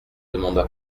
demanda